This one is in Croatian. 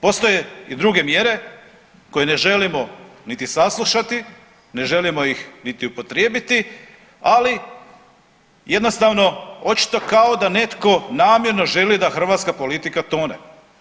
Postoje i druge mjere koje ne želimo niti saslušati, ne želimo ih niti upotrijebiti, ali jednostavno očito kao da netko namjerno želi da hrvatska politika tone, tj. poljoprivreda.